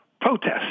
protest